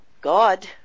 God